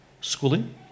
schooling